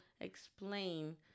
explain